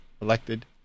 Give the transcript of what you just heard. elected